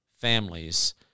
families